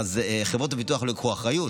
חברות הביטוח לא ייקחו אחריות.